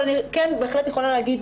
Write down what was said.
אבל כן בהחלט אני יכולה להגיד,